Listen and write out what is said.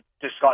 discuss